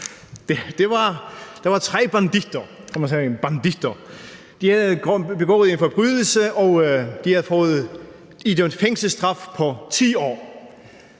vi kaldte dem banditter – og de havde begået en forbrydelse, og de var blevet idømt en fængselsstraf på 10 år.